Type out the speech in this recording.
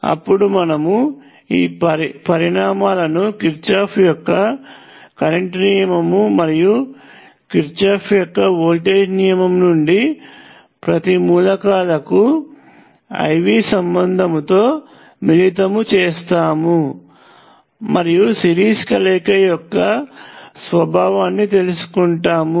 అప్పుడు మనము ఈ పరిణామాలను కిర్చాఫ్ యొక్క కరెంట్ నియమము మరియు కిర్చాఫ్ యొక్క వోల్టేజ్ నియమము నుండి ప్రతి మూలకాలకు IV సంబంధంతో మిళితం చేస్తాము మరియు సిరీస్ కలయిక యొక్క స్వభావాన్ని తెలుసుకుంటాము